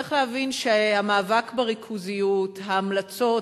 צריך להבין שהמאבק בריכוזיות, ההמלצות,